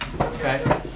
Okay